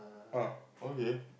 orh okay